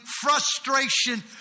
frustration